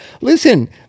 Listen